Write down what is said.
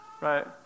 right